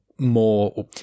more